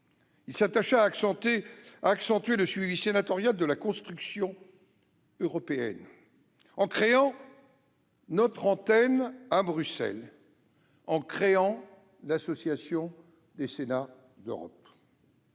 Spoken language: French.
s'attacha à accentuer le suivi sénatorial de la construction européenne en créant notre antenne à Bruxelles et l'association des Sénats d'Europe.